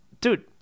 dude